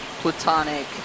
platonic